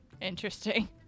interesting